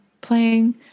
playing